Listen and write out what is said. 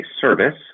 service